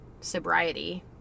sobriety